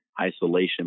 isolation